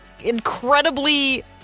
incredibly